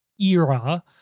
era